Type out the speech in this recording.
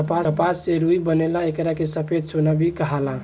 कपास से रुई बनेला एकरा के सफ़ेद सोना भी कहाला